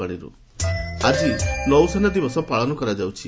ନାଭି day ଆଜି ନୌସେନା ଦିବସ ପାଳନ କରାଯାଉଛି